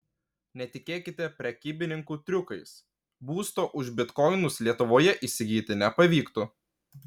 netikėkite prekybininkų triukais būsto už bitkoinus lietuvoje įsigyti nepavyktų